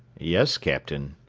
yes, captain.